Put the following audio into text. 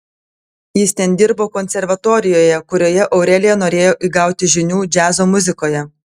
jis ten dirbo konservatorijoje kurioje aurelija norėjo įgauti žinių džiazo muzikoje